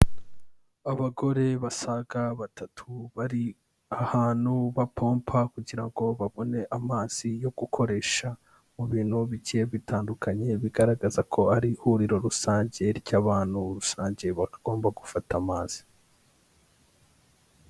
Abagore basaga batatu bari ahantu bapompa kugira ngo babone amazi yo gukoresha mu bintu bigiye bitandukanye, bigaragaza ko ari ihuriro rusange ry'abantu rusange bagomba gufata amazi.